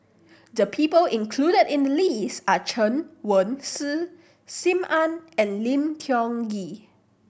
the people included in the list are Chen Wen Hsi Sim Ann and Lim Tiong Ghee